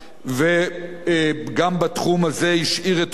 וגם בתחום הזה השאיר את חותמו,